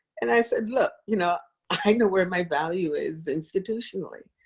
and i said, look, you know i know where my value is institutionally.